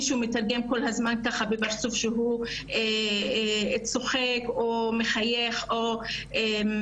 אז קשה שמישהו מתרגם כל הזמן עם פרצוף צוחק או מחייך או מזלזל.